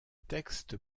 texte